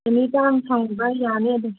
ꯆꯨꯅꯤꯒ ꯐꯪꯕ ꯌꯥꯅꯤ ꯑꯗꯨꯝ